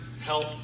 help